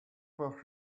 for